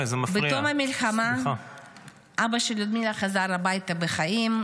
בתום המלחמה אבא של לודמילה חזר הביתה בחיים,